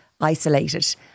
isolated